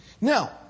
Now